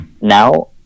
Now